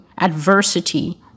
adversity